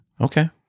Okay